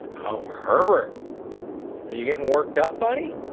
herbet, you getting worked up buddy?